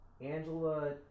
Angela